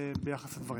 ביחס לדברים.